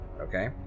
Okay